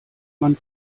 man